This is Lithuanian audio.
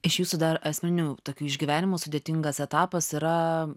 iš jūsų dar asmenių tokių išgyvenimų sudėtingas etapas yra